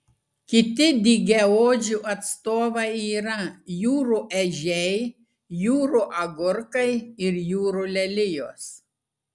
kiti dygiaodžių atstovai yra jūrų ežiai jūrų agurkai ir jūrų lelijos